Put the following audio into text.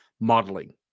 modeling